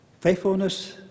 faithfulness